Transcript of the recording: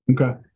Okay